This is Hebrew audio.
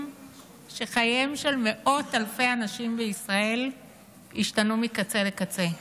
שחייהם של מאות אלפי אנשים בישראל השתנו מקצה לקצה.